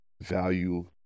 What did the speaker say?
value